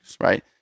right